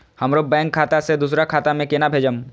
हमरो बैंक खाता से दुसरा खाता में केना भेजम?